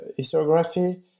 historiography